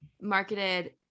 marketed